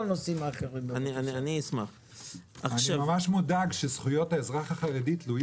אני ממש מודאג שזכויות האזרח החרדי תלויים